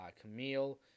Camille